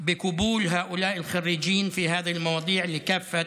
את קבלת הבוגרים שלמדו את המקצועות הללו בכל